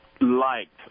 liked